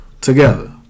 together